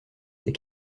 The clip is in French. des